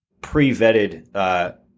pre-vetted